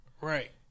Right